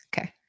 okay